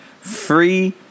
Free